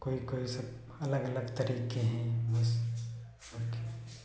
कोई कोइ से अलग अलग तरीके हैं जैसे सबके